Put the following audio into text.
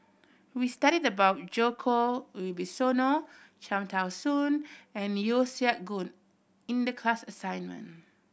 we studied about Djoko Wibisono Cham Tao Soon and Yeo Siak Goon in the class assignment